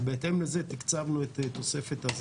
ובהתאם לזה תקצבנו את התוספת.